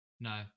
No